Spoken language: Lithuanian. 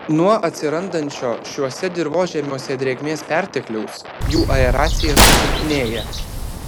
nuo atsirandančio šiuose dirvožemiuose drėgmės pertekliaus jų aeracija susilpnėja